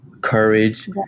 courage